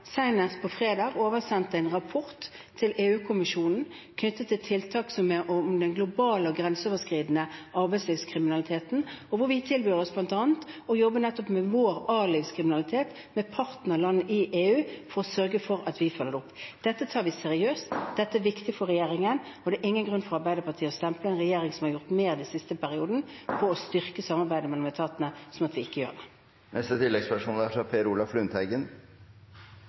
på fredag – oversendt en rapport til EU-kommisjonen knyttet til tiltak som gjelder den globale og grenseoverskridende arbeidslivskriminaliteten, hvor vi bl.a. tilbyr oss å jobbe med vår arbeidslivskriminalitet med partnerland i EU for å sørge for at vi følger det opp. Dette tar vi seriøst, dette er viktig for regjeringen, og det er ingen grunn for Arbeiderpartiet til å stemple en regjering som har gjort mer den siste perioden for å styrke samarbeidet mellom etatene, som om at vi ikke gjør noe. Kriminalitet er kriminalitet, og det er alle imot. Det er